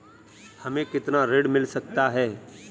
हमें कितना ऋण मिल सकता है?